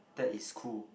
that is cool